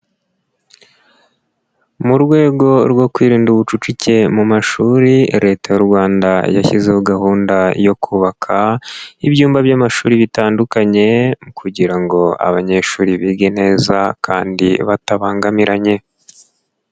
Mu rwego rwo kwirinda ubucucike mu mashuri leta y'u Rwanda yashyizeho gahunda yo kubaka, ibyumba by'amashuri bitandukanye, kugira ngo abanyeshuri bige neza, kandi batabangamiranye.